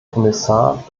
kommissar